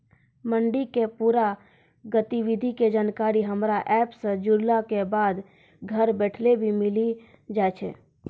मंडी के पूरा गतिविधि के जानकारी हमरा एप सॅ जुड़ला बाद घर बैठले भी मिलि जाय छै